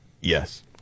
Yes